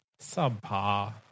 subpar